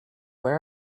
where